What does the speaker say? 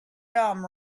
dumb